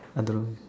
I don't know